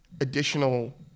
additional